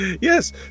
Yes